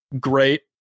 great